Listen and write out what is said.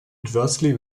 adversely